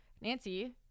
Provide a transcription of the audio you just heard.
Nancy